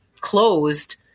closed